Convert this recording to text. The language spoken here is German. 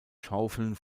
schaufeln